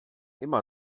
immer